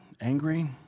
angry